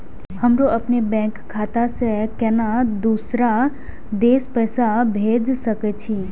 हमरो अपने बैंक खाता से केना दुसरा देश पैसा भेज सके छी?